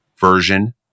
version